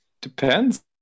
depends